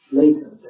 later